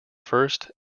first